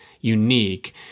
unique